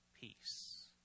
peace